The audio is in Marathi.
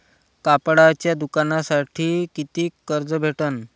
कापडाच्या दुकानासाठी कितीक कर्ज भेटन?